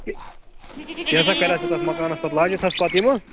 کہِ کیٛاہ سا کَریایتھ ژےٚ تَتھ مکانَس پَتہٕ لاجیتھَس پَتہٕ یِمہٕ